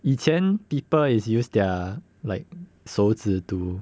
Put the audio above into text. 以前 people is use their like 手指 to